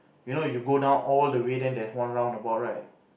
you know you go down all the way then there's one roundabout right